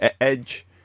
Edge